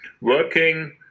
working